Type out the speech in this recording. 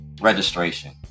registration